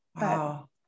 Wow